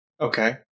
Okay